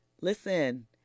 Listen